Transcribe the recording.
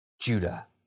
Judah